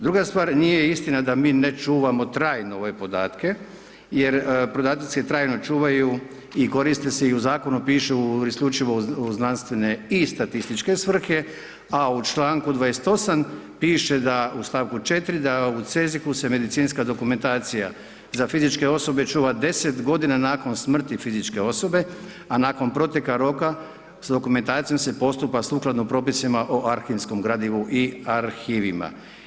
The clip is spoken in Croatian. Druga stvar, nije istina da mi ne čuvamo trajno ove podatke, jer podaci se trajno čuvaju i koriste se i u zakonu pišu isključivo znanstvene i statističke svrhe, a u čl. 28. piše da u stavku 4 da u CEZIH se medicinska dokumentacija za fizičke osobe čuva 10 g. nakon smrti fizičke osobe, a nakon proteka roka, sa dokumentacijom se postupa sukladno propisima o arhivskom gradivu i arhivima.